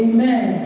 Amen